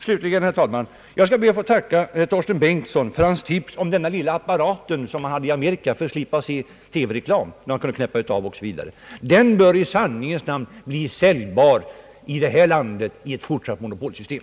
Slutligen ber jag att få tacka herr Torsten Bengtson för hans tips om den där lilla apparaten som man har i Amerika och som man kan använda för att slippa se TV-reklam. Den bör i sanningens namn bli säljbar i det här landet vid ett fortsatt monopolsystem.